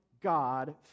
God